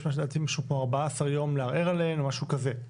לדעתי משהו כמו 14 יום לערער עליהן או משהו כזה.